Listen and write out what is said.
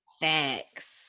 Thanks